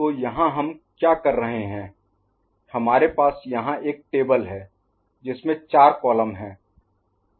तो यहाँ हम क्या कर रहे हैं हमारे पास यहाँ एक टेबल है जिसमे चार कॉलम हैं